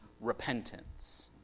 repentance